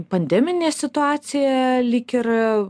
pandeminė situacija lyg ir